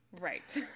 Right